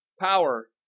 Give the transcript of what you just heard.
Power